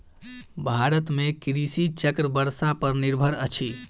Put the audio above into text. भारत में कृषि चक्र वर्षा पर निर्भर अछि